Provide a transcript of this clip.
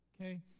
Okay